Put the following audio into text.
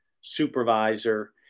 supervisor